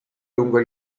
lungo